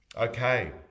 Okay